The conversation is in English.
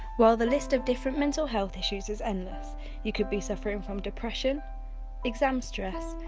while the list of different mental health issues is endless you could be suffering from depression exam stress,